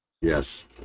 yes